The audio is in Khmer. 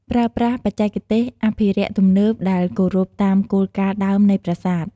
ប្រើប្រាស់បច្ចេកទេសអភិរក្សទំនើបដែលគោរពតាមគោលការណ៍ដើមនៃប្រាសាទ។